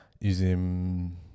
using